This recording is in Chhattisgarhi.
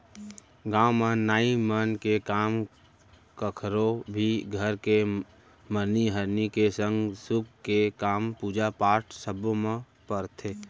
गाँव म नाई मन के काम कखरो भी घर के मरनी हरनी के संग सुख के काम, पूजा पाठ सब्बो म परथे